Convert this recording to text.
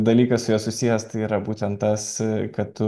dalykas su ja susijęs tai yra būtent tas kad tu